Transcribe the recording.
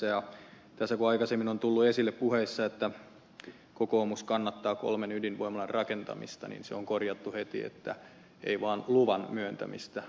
kun tässä aikaisemmin on tullut esille puheissa että kokoomus kannattaa kolmen ydinvoimalan rakentamista niin se on korjattu heti että ei vaan luvan myöntämistä